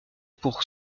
pour